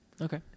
Okay